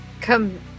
come